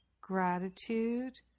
gratitude